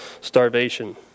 starvation